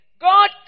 God